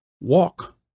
Walk